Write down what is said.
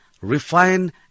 refine